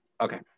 Okay